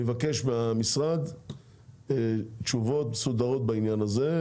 אני מבקש מהמשרד תשובות מסודרות בעניין הזה,